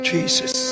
Jesus